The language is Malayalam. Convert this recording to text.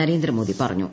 നരേന്ദ്രമോദി പറഞ്ഞു